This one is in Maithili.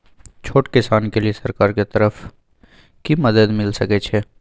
छोट किसान के लिए सरकार के तरफ कि मदद मिल सके छै?